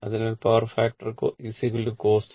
അതിനാൽ power factor cos θ